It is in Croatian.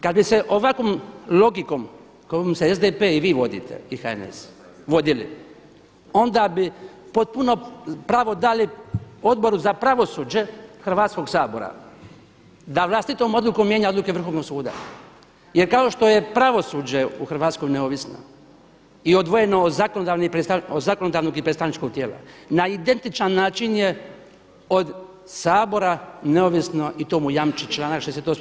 Kad bi se ovakvom logikom kojom se SDP i vi vodite i HNS vodili onda bi potpuno pravo dali Odboru za pravosuđe Hrvatskoga sabora da vlastitom odlukom mijenja odluke Vrhovnog suda jer kao što je pravosuđe u Hrvatskoj neovisno i odvojeno od zakonodavnog i predstavničkog tijela na identičan način je od Sabora neovisno i to mu jamči članak 68.